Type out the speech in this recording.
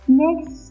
next